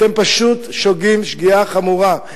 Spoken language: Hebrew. אתם פשוט שוגים שגיאה חמורה.